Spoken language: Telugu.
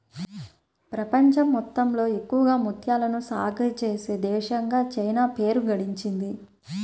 ప్రపంచం మొత్తంలో ఎక్కువగా ముత్యాలను సాగే చేసే దేశంగా చైనా పేరు గడించింది